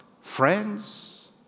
friends